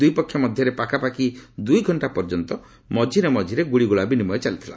ଦୁଇପକ୍ଷ ମଧ୍ୟରେ ପାଖାପାଖି ଦୁଇଘଣ୍ଟା ପର୍ଯ୍ୟନ୍ତ ମଝିରେ ମଝିରେ ଗୁଳିଗୋଳା ବିନିମୟ ଚାଲିଥିଲା